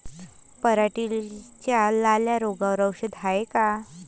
पराटीच्या लाल्या रोगावर औषध हाये का?